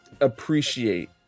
appreciate